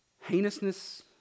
heinousness